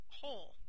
hole